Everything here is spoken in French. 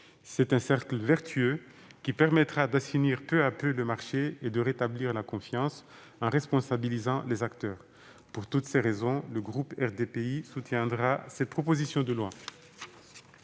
C'est un cercle vertueux qui permettra d'assainir peu à peu le marché et de rétablir la confiance en responsabilisant les acteurs. Pour toutes ces raisons, le groupe RDPI soutiendra cette proposition de loi.